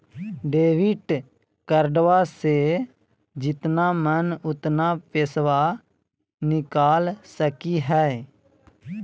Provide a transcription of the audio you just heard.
Debit कार्डबा से जितना मन उतना पेसबा निकाल सकी हय?